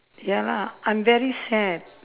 ya lah I'm very sad